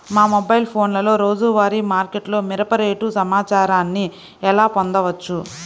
మా మొబైల్ ఫోన్లలో రోజువారీ మార్కెట్లో మిరప రేటు సమాచారాన్ని ఎలా పొందవచ్చు?